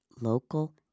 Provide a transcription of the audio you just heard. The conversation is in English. local